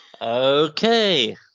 okay